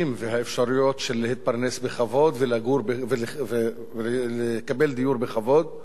והאפשרויות של להתפרנס בכבוד ולקבל דיור בכבוד,